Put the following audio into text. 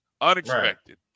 unexpected